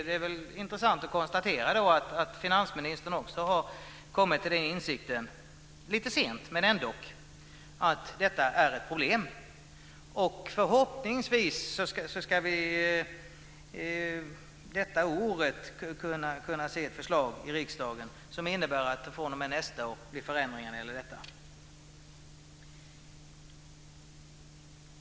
Det är intressant att konstatera att finansministern också har kommit till insikten - lite sent, men ändå - att detta är ett problem. Förhoppningsvis ska vi detta år kunna se ett förslag i riksdagen som innebär att det fr.o.m. nästa år blir förändringar när det gäller detta.